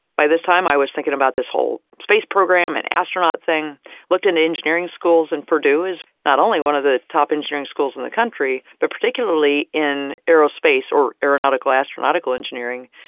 by this time, i was thinking about this whole space program and astronaut thing looked into engineering schools and purdue is not only one of the top engineering schools in the country, but particularly in aerospace or aeronautical astronautical engineering,